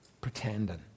pretending